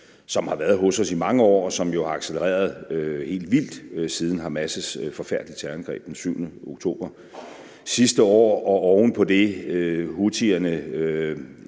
som har været hos os i mange år, og som jo er accelereret helt vildt siden Hamas' forfærdelige terrorangreb den 7. oktober sidste år. Oven på det er